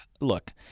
look